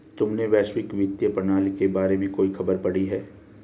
तुमने वैश्विक वित्तीय प्रणाली के बारे में कोई खबर पढ़ी है?